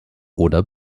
oder